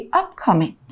upcoming